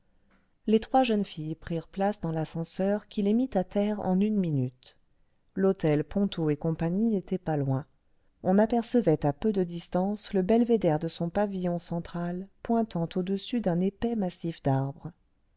les trois jeunes filles prirent place dans l'ascenseur qui les mit à terre en une minute l'hôtel ponto et cie n'était pas loin on apercevait à peu de distance le belvédère de son pavillon central pointant au-dessus d'un épais massif d'arbres